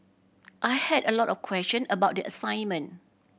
I had a lot of question about the assignment